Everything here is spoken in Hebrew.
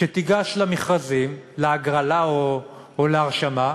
שתיגש למכרזים, להגרלה או להרשמה,